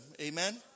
amen